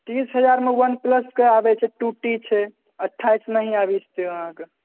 तीस हजारमे वनप्लसके आबैत छै टू टी छै अठ्ठाइसमे ही आबैत छै अहाँके